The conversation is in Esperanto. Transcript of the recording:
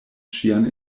ŝian